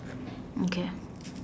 okay